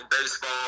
baseball